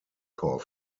core